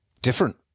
Different